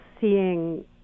seeing